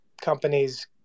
companies